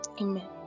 Amen